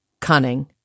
cunning